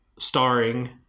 starring